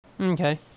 Okay